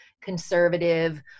conservative